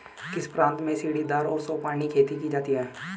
किस प्रांत में सीढ़ीदार या सोपानी खेती की जाती है?